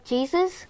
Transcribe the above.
Jesus